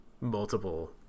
multiple